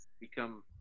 become